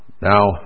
Now